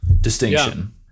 distinction